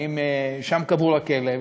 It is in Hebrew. האם שם קבור הכלב.